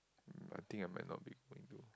I think I might not be going to